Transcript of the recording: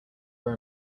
are